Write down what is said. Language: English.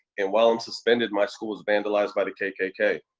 and while i'm suspended, my school was vandalized by the kkk.